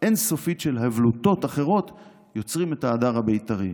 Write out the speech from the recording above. אין-סופית של 'הבלותות' אחרות יוצרים את ההדר הבית"רי.